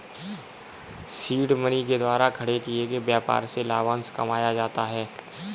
seed money के द्वारा खड़े किए गए व्यापार से लाभांश कमाया जाता है